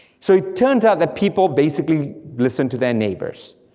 so it turns out that people basically listen to their neighbors,